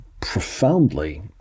profoundly